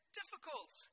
difficult